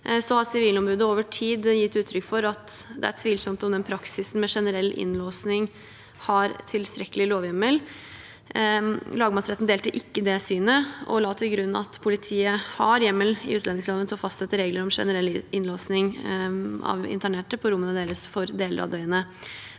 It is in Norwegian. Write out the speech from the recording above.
Sivilombudet har over tid gitt uttrykk for at det er tvilsomt om den praksisen med generell innlåsing har tilstrekkelig lovhjemmel. Lagmannsretten delte ikke det synet og la til grunn at politiet har hjemmel i utlendingsloven, som fastsetter regler om generell innlåsing av internerte på rommet i deler av døgnet.